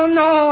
no